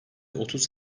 otuz